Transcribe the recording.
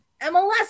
MLS